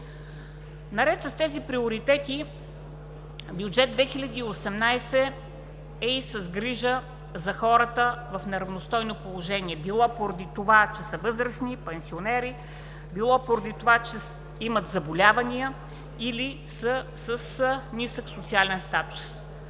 Наред с тези приоритети, Бюджет 2018 е и с грижа за хората в неравностойно положение, било поради това, че са възрастни, пенсионери, било поради това, че имат заболявания или са с нисък социален статус.